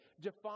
Define